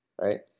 right